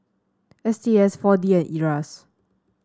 S T S four D and Iras